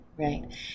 Right